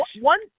one